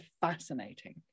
fascinating